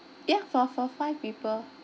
ya for for five people